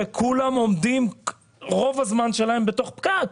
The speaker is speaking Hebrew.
שכולם עומדים רוב הזמן שלהם בפקק.